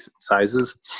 sizes